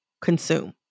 consume